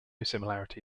similarity